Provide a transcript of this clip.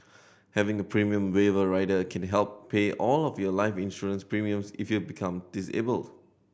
having a premium waiver rider can help pay all of your life insurance premiums if you become disabled